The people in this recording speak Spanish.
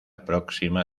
próxima